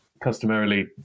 customarily